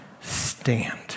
stand